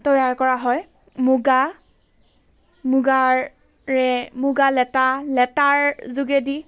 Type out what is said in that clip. তৈয়াৰ কৰা হয় মুগা মুগাৰ ৰে মুগা লেটা লেটাৰ যোগেদি